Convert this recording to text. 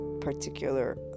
particular